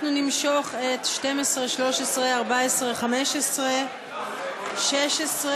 אנחנו נמשוך את 12, 13, 14, 15, 16,